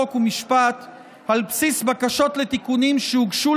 חוק ומשפט על בסיס בקשות לתיקונים שהוגשו